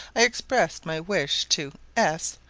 i expressed my wish to s,